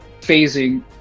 phasing